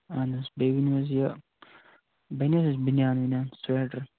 اہن حظ بیٚیہِ ؤنِو حظ یہِ بنہِ حظ یہِ بنیان ونیان سُویٹر